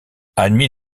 admis